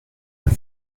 ein